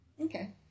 Okay